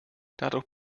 dadurch